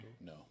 No